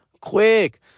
Quick